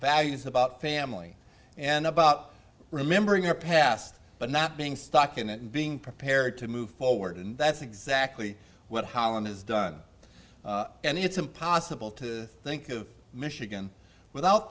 values about family and about remembering our past but not being stuck in it and being prepared to move forward and that's exactly what holland has done and it's impossible to think of michigan without